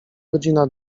godzina